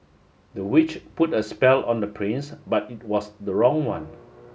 the witch put a spell on the prince but it was the wrong one